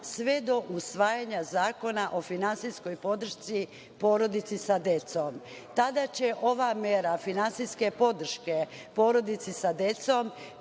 sve do usvaja Zakona o finansijskoj podršci porodici sa decom. Tada će ova mera finansijske podrške porodici sa decom